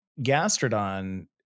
gastrodon